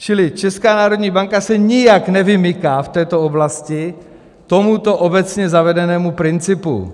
Čili Česká národní banka se nijak nevymyká v této oblasti tomuto obecně zavedenému principu.